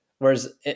Whereas